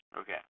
okay